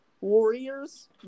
Warriors